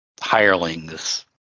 hirelings